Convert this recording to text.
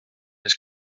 les